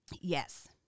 Yes